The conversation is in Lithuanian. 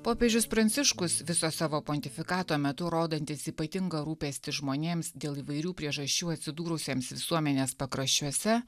popiežius pranciškus viso savo pontifikato metu rodantis ypatingą rūpestį žmonėms dėl įvairių priežasčių atsidūrusiems visuomenės pakraščiuose